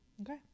okay